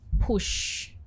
Push